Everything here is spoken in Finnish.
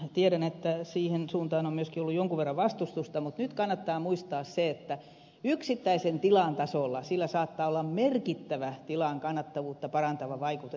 tiedän että siihen suuntaan on myöskin ollut jonkun verran vastustusta mutta nyt kannattaa muistaa se että yksittäisen tilan tasolla sillä saattaa olla merkittävä tilan kannattavuutta parantava vaikutus